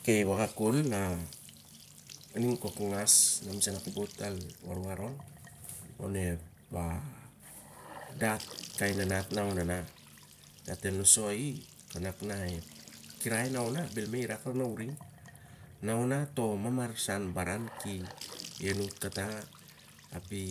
Oaky, i wakak kol na ning kok ngas, na ona kobot al war war on. On ep a, dat kai nanat na ona dat el nosoi i nak na ep kirai na ona bel ma i rak lar na uring. Na ona to mamarsan baran ki anut kata, i